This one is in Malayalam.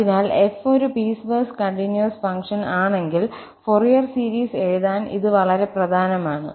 അതിനാൽ f ഒരു പീസ്വേസ് കണ്ടിന്യൂസ് ഫംഗ്ഷൻ ആണെങ്കിൽ ഫൊറിയർ സീരീസ് എഴുതാൻ ഇത് വളരെ പ്രധാനമാണ്